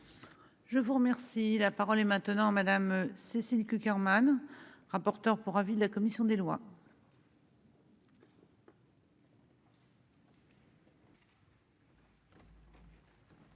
Je vous remercie, la parole est maintenant à Madame Cécile Cukierman, rapporteur pour avis de la commission des lois.